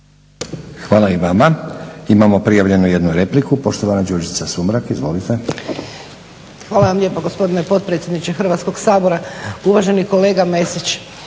Hvala i vama. Imamo prijavljenu jednu repliku. Poštovana Đurđica Sumrak, izvolite. **Sumrak, Đurđica (HDZ)** Hvala vam lijepo gospodine potpredsjedniče Hrvatskog sabora. Uvaženi kolega Mesić,